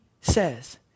says